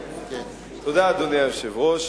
תודה, אדוני היושב-ראש.